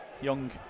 Young